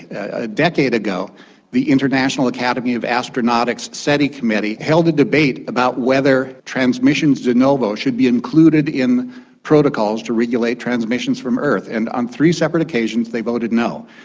a decade ago the international academy of astronautics seti committee held a debate about whether transmissions de novo should be included in protocols to regulate transmissions from earth, and on three separate occasions they voted no.